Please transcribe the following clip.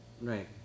Right